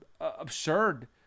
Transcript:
absurd